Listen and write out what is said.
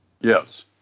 Yes